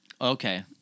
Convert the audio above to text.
Okay